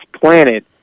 planet